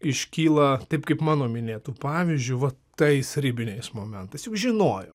iškyla taip kaip mano minėtu pavyzdžiu tais ribiniais momentais juk žinojo